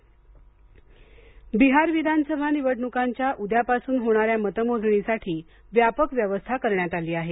बिहार मतमोजणी बिहार विधानसभा निवडणुकांच्या उद्यापासून होणाऱ्या मतमोजणीसाठी व्यापक व्यवस्था करण्यात आली आहे